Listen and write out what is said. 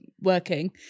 working